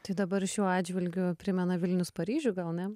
tai dabar šiuo atžvilgiu primena vilnius paryžių gal ne